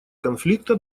конфликта